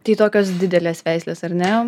tai tokios didelės veislės ar ne